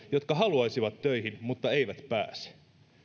jotka haluaisivat töihin mutta eivät pääse